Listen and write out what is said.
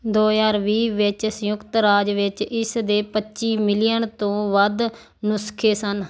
ਦੋ ਹਜ਼ਾਰ ਵੀਹ ਵਿੱਚ ਸੰਯੁਕਤ ਰਾਜ ਵਿੱਚ ਇਸ ਦੇ ਪੱਚੀ ਮਿਲੀਅਨ ਤੋਂ ਵੱਧ ਨੁਸਖੇ ਸਨ